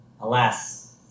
Alas